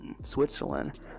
switzerland